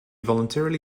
voluntarily